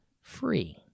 free